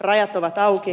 rajat ovat auki